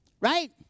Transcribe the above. Right